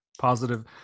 Positive